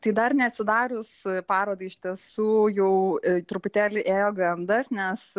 tai dar neatsidarius parodai iš tiesų jau truputėlį ėjo gandas nes